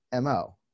mo